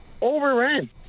Overran